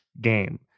game